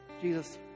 Jesus